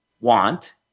want